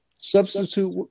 Substitute